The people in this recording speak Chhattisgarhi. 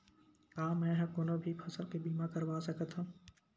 का मै ह कोनो भी फसल के बीमा करवा सकत हव?